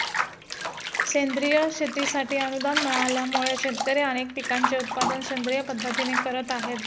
सेंद्रिय शेतीसाठी अनुदान मिळाल्यामुळे, शेतकरी अनेक पिकांचे उत्पादन सेंद्रिय पद्धतीने करत आहेत